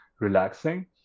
relaxing